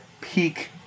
peak